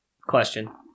Question